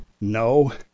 no